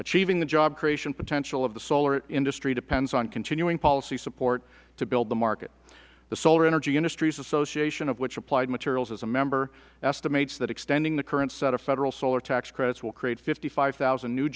achieving the job creation potential of the solar industry depends on continuing policy support to build the market the solar energy industries association of which applied materials is a member estimates that extending the current set of federal solar tax credits will create fifty five thousand new